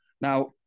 Now